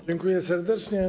Dziękuję serdecznie.